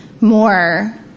more